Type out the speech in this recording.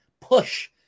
push